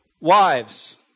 Wives